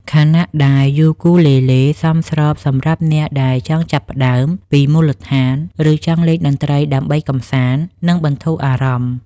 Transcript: ខណៈដែលយូគូលេលេសមស្របសម្រាប់អ្នកដែលចង់ចាប់ផ្តើមពីមូលដ្ឋាន ឬចង់លេងតន្ត្រីដើម្បីកម្សាន្ត និងបន្ធូរអារម្មណ៍។